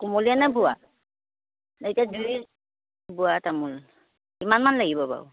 কোমলীয়া নে বুঢ়া এতিয়া দুই বুঢ়া তামোল কিমানমান লাগিব বাও